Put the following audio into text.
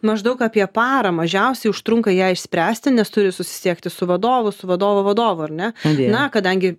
maždaug apie parą mažiausiai užtrunka ją išspręsti nes turi susisiekti su vadovu su vadovo vadovu ar ne na kadangi